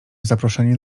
zaproszenie